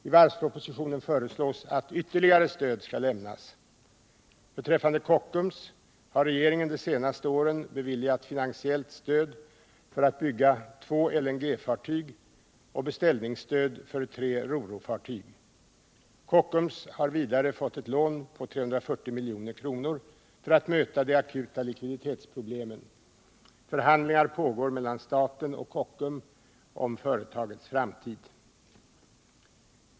I varvspropositionen föreslås att ytterligare stöd skall lämnas. Beträffande Kockums har regeringen de senaste åren beviljat finansiellt stöd för att bygga två LNG-fartyg och beställningsstöd för tre ro-ro-fartyg. Kockums har vidare fått ett lån på 340 milj.kr. för att möta de akuta likviditetsproblemen. Förhandlingar pågår mellan staten och Kockums om » företagets framtid.